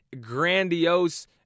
grandiose